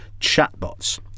chatbots